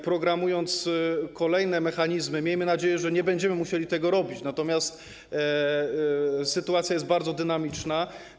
Programując kolejne mechanizmy, miejmy nadzieję, że nie będziemy musieli tego robić, natomiast sytuacja jest bardzo dynamiczna.